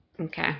Okay